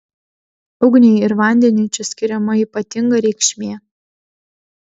ugniai ir vandeniui čia skiriama ypatinga reikšmė